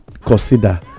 consider